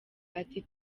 ati